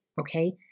okay